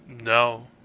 no